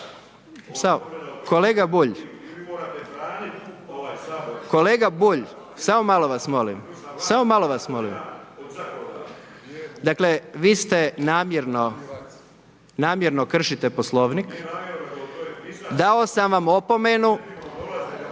kolega Bulj samo malo vas molim. Dakle vi namjerno kršite Poslovnik, dao sam vam opomenu,